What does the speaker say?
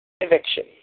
eviction